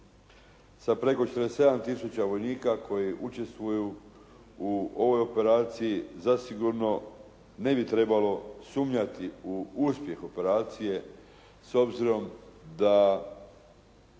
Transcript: sa preko 47 tisuća vojnika koji učestvuju u ovoj operaciji zasigurno ne bi trebalo sumnjati u uspjeh operacije s obzirom da